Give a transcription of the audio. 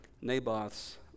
Naboth's